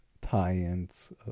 tie-ins